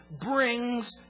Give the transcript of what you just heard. brings